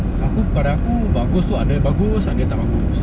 aku pada aku bagus tu ada bagus ada tak bagus